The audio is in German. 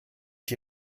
die